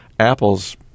Apple's